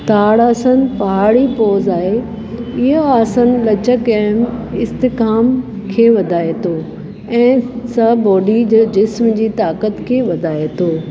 ताड़ासन पहाड़ी पोज़ आहे इहो आसन लचक ऐं इस्तिकाम खे वधाए थो ऐं स बॉडी जे जिस्म जी ताक़त खे वधाए थो